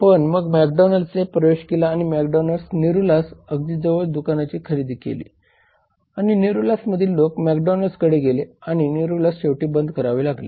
पण मग मॅकडोनाल्ड्सने McDonald's प्रवेश केला आणि मॅकडोनाल्डने निरूलास अगदी जवळ दुकानची खरेदी केली आणि निरुलासमधील लोक मग मॅकडोनाल्ड्सकडे गेले आणि निरुलास शेवटी बंद करावे लागले